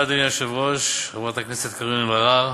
אדוני היושב-ראש, תודה, חברת הכנסת קארין אלהרר,